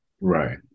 Right